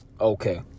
Okay